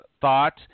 thought